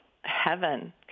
heaven